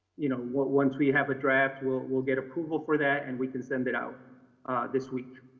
you know, once we have a draft, we'll we'll get approval for that and we can send it out this week.